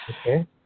Okay